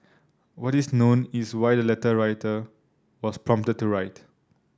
what is known is why the letter writer was prompted to write